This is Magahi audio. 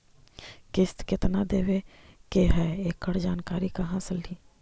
किस्त केत्ना देबे के है एकड़ जानकारी कहा से ली?